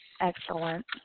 excellent